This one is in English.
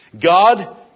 God